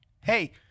Hey